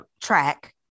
track